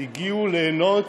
הגיעו ליהנות